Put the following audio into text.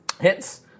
hits